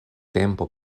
tempo